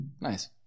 Nice